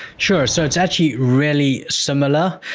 sure, so it's actually really similar.